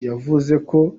mourinho